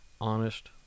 honest